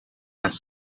has